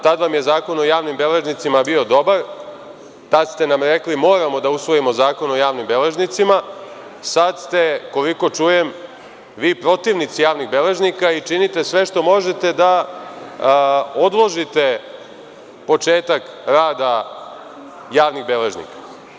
Tada vam je Zakon o javnim beležnicima bio dobar, tada ste nam rekli – moramo da usvojimo Zakon o javnim beležnicima, a sada ste, koliko čujem, vi protivnici javnih beležnika i činite sve što možete da odložite početak rada javnih beležnika.